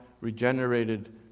regenerated